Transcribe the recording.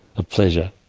a pleasure.